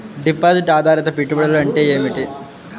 Deposit ఆధారిత పెట్టుబడులు అంటే ఏమిటి?